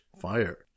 fire